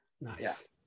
Nice